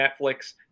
Netflix